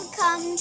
come